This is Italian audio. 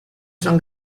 san